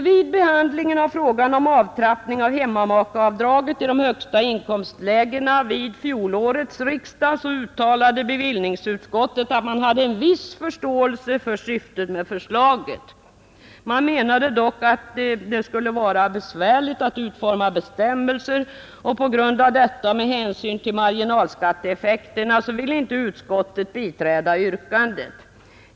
Vid behandlingen av frågan om avtrappning av hemmamakeavdraget i de högsta inkomstlägena vid fjolårets riksdag uttalade bevillningsutskottet, att man hade en viss förståelse för syftet med förslaget. Man menade dock att det skulle vara besvärligt att utforma bestämmelser, och på grund av detta, och med hänsyn till marginalskatteeffekterna ville inte utskottet biträda yrkandet.